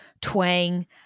twang